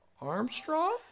Armstrong